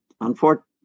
unfortunately